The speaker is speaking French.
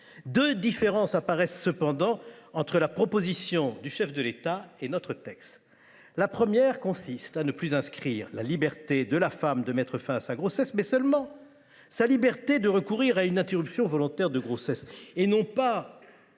Deux différences apparaissent cependant entre la proposition de chef de l’État et notre texte. La première consiste à ne plus inscrire « la liberté de la femme de mettre fin à sa grossesse », mais seulement sa « liberté d’avoir recours à une interruption volontaire de grossesse »– et non pas,